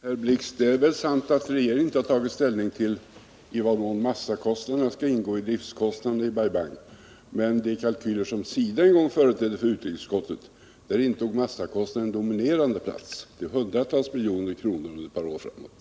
Herr talman! Det är sant, herr Blix, att regeringen inte har tagit ställning till i vad mån massakostnaderna skall ingå i driftkostnaderna när det gäller Bai Bang, men i de kalkyler som SIDA en gång företedde utrikesutskottet intog massakostnaderna en dominerande plats. Det gällde hundratals miljoner under ett par år framåt.